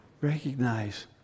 recognize